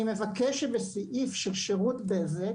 אני מבקש שבסעיף של שירות בזק,